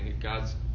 God's